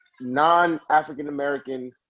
non-African-American